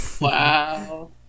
wow